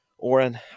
Oren